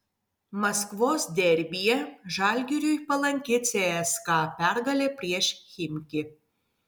maskvos derbyje žalgiriui palanki cska pergalė prieš chimki